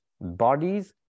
bodies